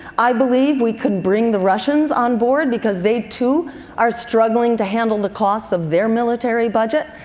i believe we could bring the russians on board, because they too are struggling to handle the costs of their military budget.